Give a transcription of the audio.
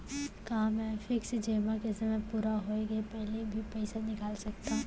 का मैं फिक्स जेमा के समय पूरा होय के पहिली भी पइसा निकाल सकथव?